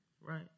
right